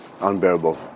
unbearable